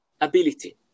ability